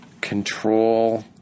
control